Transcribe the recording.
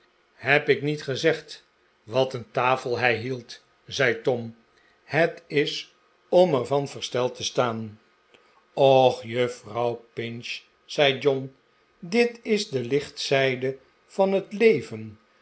heb ik niet gezegd wat een tafel hij hield zei tom het is om er van versteld te staan och juffrouw pinch zei john dit is de lichtzijde van het leven